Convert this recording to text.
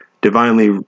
divinely